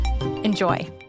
Enjoy